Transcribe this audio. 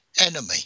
enemy